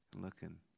looking